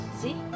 See